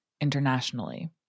internationally